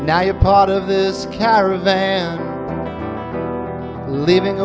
now you're part of this caravan leaving